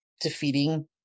defeating